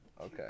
Okay